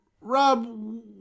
Rob